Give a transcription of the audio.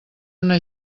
una